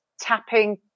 tapping